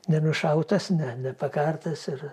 nenušautas ne nepakartas ir